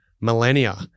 millennia